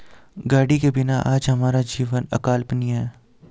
गाड़ी के बिना आज हमारा जीवन अकल्पनीय है